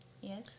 Yes